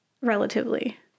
relatively